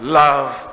love